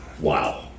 Wow